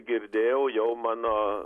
girdėjau jau mano